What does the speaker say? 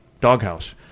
doghouse